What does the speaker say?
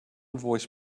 voice